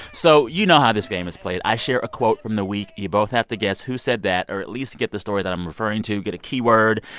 so you know how this game is played. i share a quote from the week. you both have to guess who said that or at least get the story that i'm referring to, get a keyword.